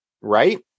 right